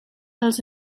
els